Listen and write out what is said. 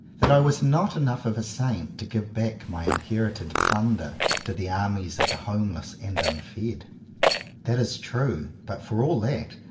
that i was not enough of a saint to give back my inherited plunder to the armies of the homeless and unfed. that is true but, for all that,